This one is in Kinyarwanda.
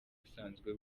usanzwe